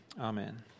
Amen